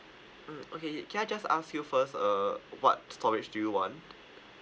mm okay can I just ask you first uh what storage do you want